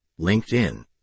LinkedIn